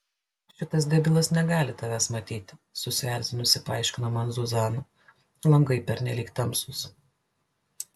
šitas debilas negali tavęs matyti susierzinusi paaiškino man zuzana langai pernelyg tamsūs